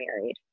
married